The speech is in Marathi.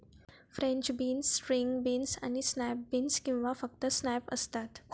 फ्रेंच बीन्स, स्ट्रिंग बीन्स आणि स्नॅप बीन्स किंवा फक्त स्नॅप्स असतात